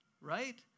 right